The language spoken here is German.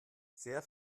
sehr